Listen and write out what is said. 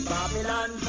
Babylon